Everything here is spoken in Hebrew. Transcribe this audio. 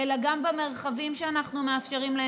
הערה